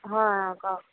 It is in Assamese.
হয় অঁ কওক